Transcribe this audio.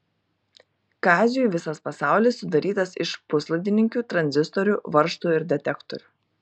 kaziui visas pasaulis sudarytas iš puslaidininkių tranzistorių varžtų ir detektorių